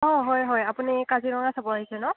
অঁ হয় হয় আপুনি কাজিৰঙা চাব আহিছে ন